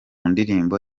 ndirimbo